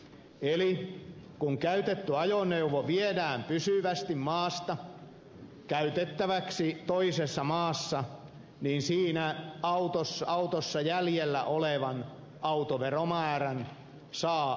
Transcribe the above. eli kun käytetty ajoneuvo viedään pysyvästi maasta käytettäväksi toisessa maassa siinä autossa jäljellä olevan autoveromäärän saa palautuksena